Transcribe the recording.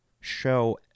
show